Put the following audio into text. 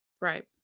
right